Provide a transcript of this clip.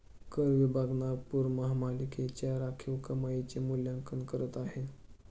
कर विभाग नागपूर महानगरपालिकेच्या राखीव कमाईचे मूल्यांकन करत आहे